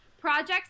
projects